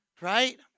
right